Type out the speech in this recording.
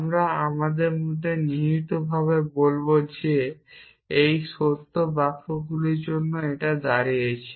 আমরা আমাদের মধ্যে নিহিতভাবে বলব যে এটি সত্য বাক্যগুলির জন্য এটা দাঁড়িয়েছে